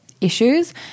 issues